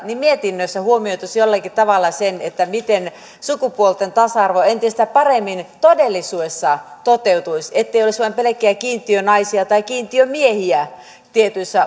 mietinnössä huomioitaisiin jollakin tavalla se miten sukupuolten tasa arvo entistä paremmin todellisuudessa toteutuisi ettei olisi pelkkiä kiintiönaisia tai kiintiömiehiä tietyissä